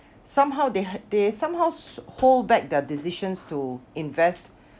somehow they they somehow s~ hold back their decisions to invest